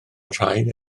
nhraed